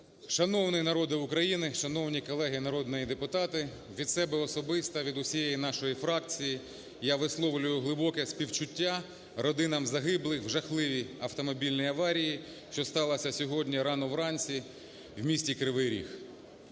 Шановний народе України! Шановні колеги народні депутати! Від себе особисто, від усієї нашої фракції, я висловлюю глибоке співчуття родинам загиблих в жахливій автомобільній аварії, що сталася сьогодні, рано вранці, в місті Кривий Ріг.